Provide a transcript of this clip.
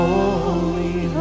Holy